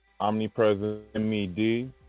OmniPresentMed